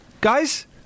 Guys